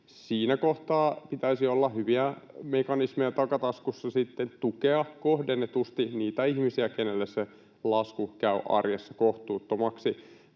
Siinä kohtaa pitäisi sitten olla hyviä mekanismeja takataskussa tukea kohdennetusti niitä ihmisiä, kenelle se lasku käy arjessa kohtuuttomaksi.